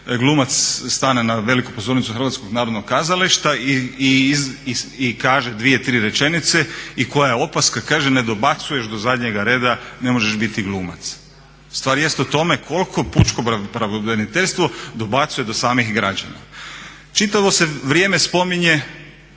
glumac stane na veliku pozornicu Hrvatskog narodnog kazališta i kaže dvije tri rečenice i koja je opaska kaže ne dobacuješ do zadnjega reda, ne možeš biti glumac. Stvar jest o tome koliko pučko pravobraniteljstvo dobacuje do samih građana? Čitavo se vrijeme spominje